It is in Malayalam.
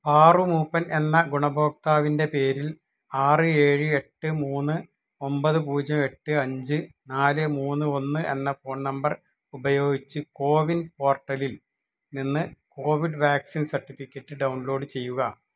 പാറു മൂപ്പൻ എന്ന ഗുണഭോക്താവിൻ്റെ പേരിൽ ആറ് ഏഴ് എട്ട് മൂന്ന് ഒമ്പത് പൂജ്യം എട്ട് അഞ്ച് നാല് മൂന്ന് ഒന്ന് എന്ന ഫോൺ നമ്പർ ഉപയോഗിച്ച് കോവിൻ പോർട്ടലിൽ നിന്ന് കോവിഡ് വാക്സിൻ സർട്ടിഫിക്കറ്റ് ഡൗൺലോഡ് ചെയ്യുക